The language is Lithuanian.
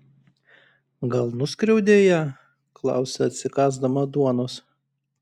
gal nuskriaudei ją klausia atsikąsdama duonos